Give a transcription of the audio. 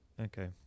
Okay